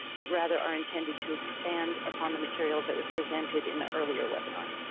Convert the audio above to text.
but rather are intended to expand upon the material that was presented in the earlier webinar.